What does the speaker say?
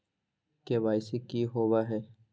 KYC की हॉबे हय?